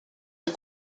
des